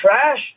trash